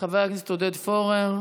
חבר הכנסת עודד פורר.